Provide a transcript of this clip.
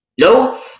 No